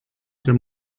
dir